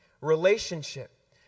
Relationship